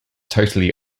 totally